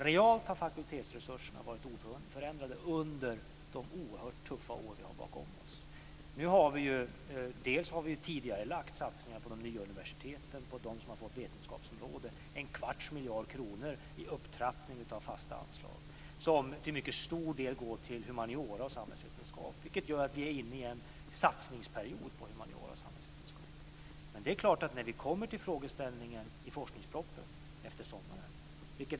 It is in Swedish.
Realt har fakultetsresurserna varit oförändrade under de oerhört tuffa år vi har bakom oss. Nu har vi tidigarelagt satsningar på de nya universiteten som har fått vetenskapsområde. Det är en kvarts miljard kronor i upptrappning av fasta anslag som till mycket stor del går till humaniora och samhällsvetenskap. Det gör att vi är inne i en satsningsperiod på humaniora och samhällsvetenskap. Vi kommer till den frågeställningen i forskningspropositionen efter sommaren.